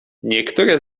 niektóre